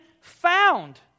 found